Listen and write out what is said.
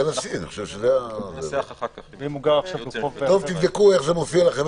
תבדקו איך זה מופיע.